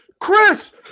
Chris